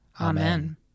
Amen